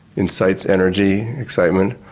incites energy, excitement.